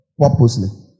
Purposely